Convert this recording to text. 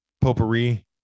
potpourri